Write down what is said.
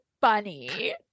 funny